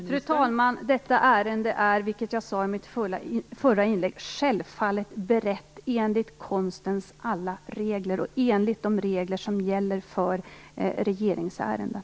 Fru talman! Detta ärende är, som jag sade in mitt förra inlägg, självfallet berett enligt konstens alla regler och enligt de regler som gäller för regeringsärenden.